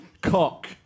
Cock